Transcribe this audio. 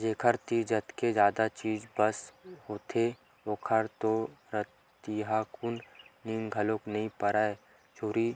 जेखर तीर जतके जादा चीज बस होथे ओखर तो रतिहाकुन नींद घलोक नइ परय चोरी